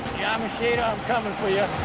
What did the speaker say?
yamashita, i'm comin' for ya.